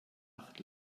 acht